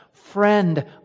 Friend